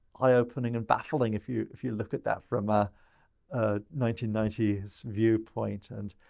eye opening and baffling if you if you look at that from a nineteen ninety s viewpoint. and,